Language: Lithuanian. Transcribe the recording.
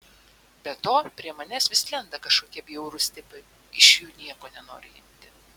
be to prie manęs vis lenda kažkokie bjaurūs tipai iš jų nieko nenoriu imti